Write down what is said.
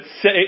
say